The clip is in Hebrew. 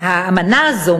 האמנה הזאת,